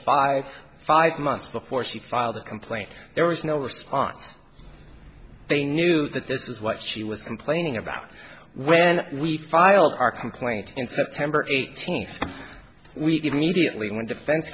five five months before she filed a complaint there was no response they knew that this was what she was complaining about when we filed our complaint in september eighteenth we get mediately when defense